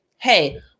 hey